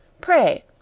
Pray